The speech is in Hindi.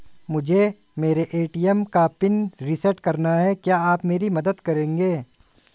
मुझे मेरे ए.टी.एम का पिन रीसेट कराना है क्या आप मेरी मदद करेंगे?